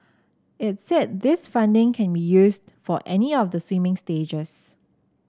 it's said this funding can be used for any of the swimming stages